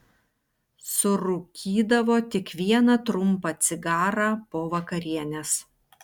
surūkydavo tik vieną trumpą cigarą po vakarienės